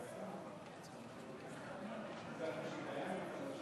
בסם אללה